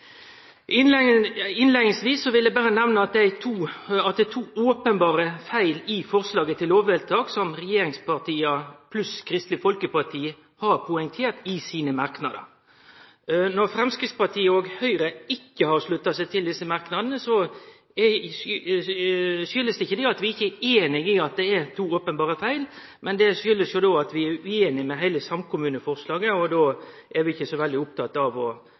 det. Innleiingsvis vil eg berre nemne at det er to openberre feil i forslaget til lovvedtak som regjeringspartia pluss Kristeleg Folkeparti har poengtert i sine merknader. Når Framstegspartiet og Høgre ikkje har slutta seg til desse merknadene, kjem ikkje det av at vi ikkje er einige i at det er to openberre feil, men det kjem av at vi er ueinige i heile samkommuneforslaget, og då er vi ikkje så veldig opptekne av å